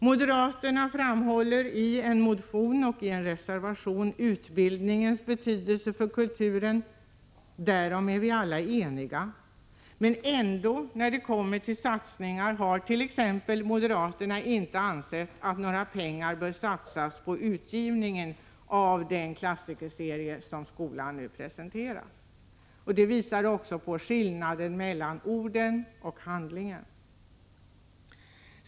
Moderaterna framhåller i en motion och i en reservation utbildningens betydelse för kulturen. På den punkten är vi alla eniga. Men när det kommer 21 till satsningar har moderaterna ändå inte ansett att några pengar bör gå till utgivningen av den klassikerserie som skolan nu presenteras. Det visar också på skillnaden mellan ord och handling.